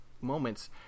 moments